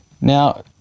Now